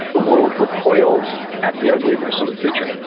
the world recoils at the ugliness of the creature.